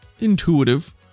intuitive